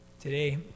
Today